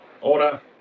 Order